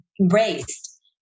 embraced